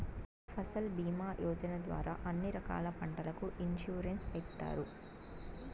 ఫసల్ భీమా యోజన ద్వారా అన్ని రకాల పంటలకు ఇన్సురెన్సు ఇత్తారు